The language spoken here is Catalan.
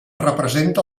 representa